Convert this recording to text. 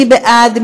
מי בעד?